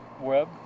web